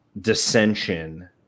dissension